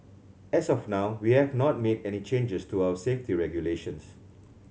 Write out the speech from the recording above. as of now we have not made any changes to our safety regulations